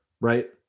right